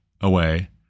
away